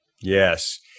Yes